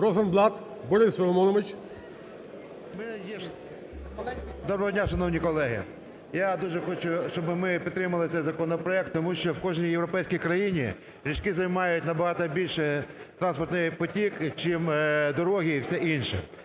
Доброго дня, шановні колеги! Я дуже хочу, щоби ми підтримали цей законопроект, тому що в кожній європейській країні річки займають набагато більше транспортний потік чим дороги і все інше.